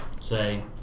Say